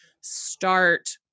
start